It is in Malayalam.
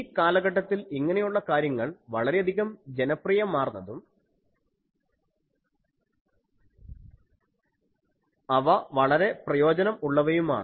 ഈ കാലഘട്ടത്തിൽ ഇങ്ങനെയുള്ള കാര്യങ്ങൾ വളരെയധികം ജനപ്രിയമാർന്നതും അവ വളരെ പ്രയോജനം ഉള്ളവയുമാണ്